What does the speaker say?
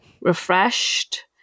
refreshed